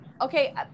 okay